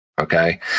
okay